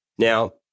Now